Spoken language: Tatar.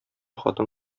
хатын